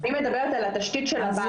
אני מדברת על התשתית של הבית,